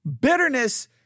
bitterness